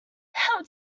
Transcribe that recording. how